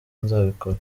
nzabikora